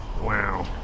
Wow